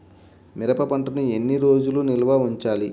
మిరప పంటను ఎన్ని రోజులు నిల్వ ఉంచాలి?